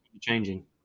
changing